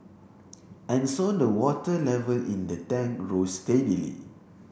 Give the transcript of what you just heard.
and so the water level in the tank rose steadily